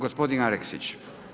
Gospodin Aleksić.